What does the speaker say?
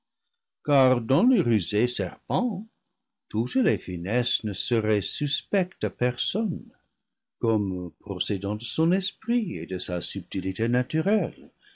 car dans le rusé serpent toutes les finesses ne seraient suspectes à personne comme procédant de son esprit et de sa subtilité naturelle